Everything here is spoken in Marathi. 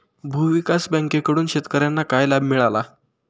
भूविकास बँकेकडून शेतकर्यांना काय लाभ मिळाला?